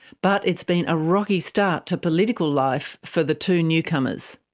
but it's been a rocky start to political life for the two newcomers.